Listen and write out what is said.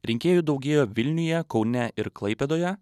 rinkėjų daugėjo vilniuje kaune ir klaipėdoje